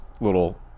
little